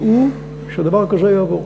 שדבר כזה יעבור.